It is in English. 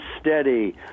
steady